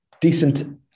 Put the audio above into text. decent